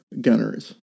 gunners